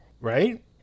right